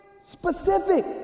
specific